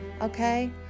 Okay